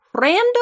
random